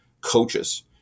coaches